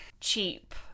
cheap